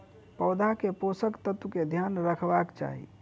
पौधा के पोषक तत्व के ध्यान रखवाक चाही